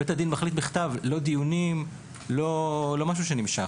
בית הדין מחליט בכתב, לא דיונים, לא משהו שנמשך.